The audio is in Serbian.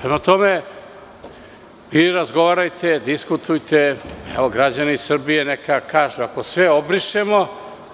Prema tome, vi razgovarajte, diskutujte, evo, građani Srbije neka kažu, ako sve obrišemo